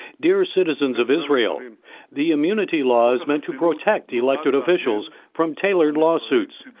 dear citizens of israel, and the immunity laws meant to protect elected officials from taylor lawsuits,